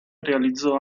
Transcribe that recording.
realizzò